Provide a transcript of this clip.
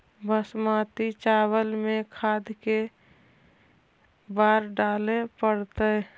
बासमती चावल में खाद के बार डाले पड़तै?